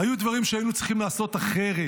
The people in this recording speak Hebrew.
היו דברים שהיינו צריכים לעשות אחרת,